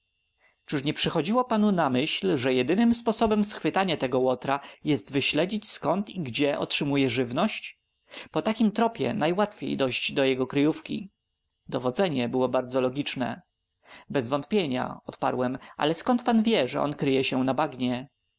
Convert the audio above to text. czy nie przychodziło panu na myśl iż jedynym sposobem schwytania tego łotra jest wyśledzić skąd i gdzie otrzymuje żywność po takim tropie najłatwiej dojść do jego kryjówki dowodzenie było bardzo logiczne bezwątpienia odparłem ale skąd pan wie że on kryje się na bagnie